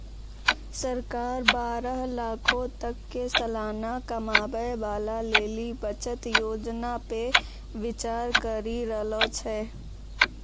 सरकार बारह लाखो तक के सलाना कमाबै बाला लेली बचत योजना पे विचार करि रहलो छै